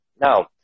Now